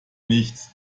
nicht